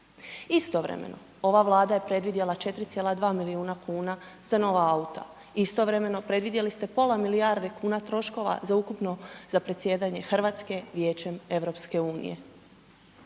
Istovremeno ova Vlada je predvidjela 4,2 milijuna kuna za nova auta. Istovremeno predvidjeli ste pola milijarde kuna troškova za ukupno, za predsjedanje Hrvatske Vijećem EU. Kada se